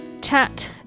chat